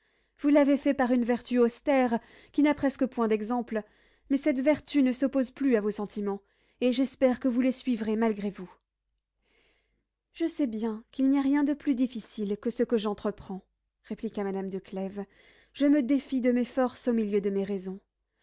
vous l'avez fait par une vertu austère qui n'a presque point d'exemple mais cette vertu ne s'oppose plus à vos sentiments et j'espère que vous les suivrez malgré vous je sais bien qu'il n'y a rien de plus difficile que ce que j'entreprends répliqua madame de clèves je me défie de mes forces au milieu de mes raisons